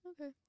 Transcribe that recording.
Okay